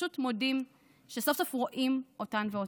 שפשוט מודים על שסוף-סוף רואים אותן ואותם.